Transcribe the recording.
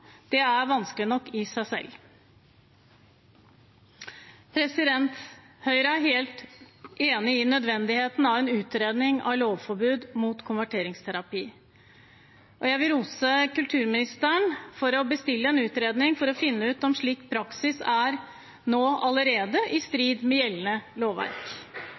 – er vanskelig nok. Høyre er helt enig i nødvendigheten av en utredning av lovforbud mot konverteringsterapi. Jeg vil rose kulturministeren for å bestille en utredning for å finne ut om slik praksis allerede er i strid med gjeldende lovverk.